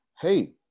hey